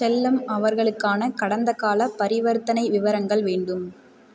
செல்லம் அவர்களுக்கான கடந்தகால பரிவர்த்தனை விவரங்கள் வேண்டும்